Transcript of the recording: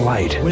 Light